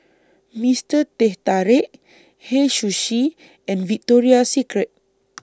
Mister Teh Tarik Hei Sushi and Victoria Secret